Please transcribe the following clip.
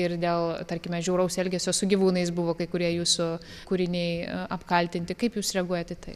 ir dėl tarkime žiauraus elgesio su gyvūnais buvo kai kurie jūsų kūriniai apkaltinti kaip jūs reaguojat į tai